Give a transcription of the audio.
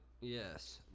Yes